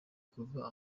kuva